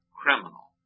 criminal